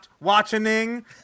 watching